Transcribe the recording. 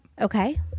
Okay